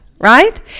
right